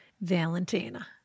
Valentina